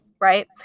right